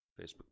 Facebook